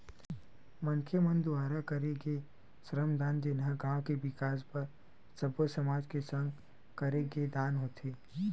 मनखे मन दुवारा करे गे श्रम दान जेनहा गाँव के बिकास बर सब्बो समाज के संग करे गे दान होथे